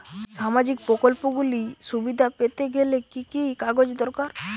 সামাজীক প্রকল্পগুলি সুবিধা পেতে গেলে কি কি কাগজ দরকার?